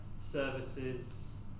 services